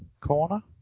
corner